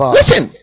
Listen